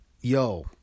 yo